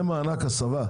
זה מענק הסבה?